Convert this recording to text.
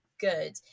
good